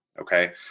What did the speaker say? okay